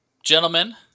Gentlemen